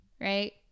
Right